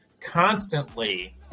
constantly